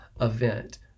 event